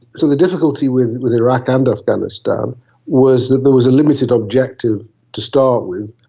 so the difficulty with with iraq and afghanistan was that there was a limited objective to start with,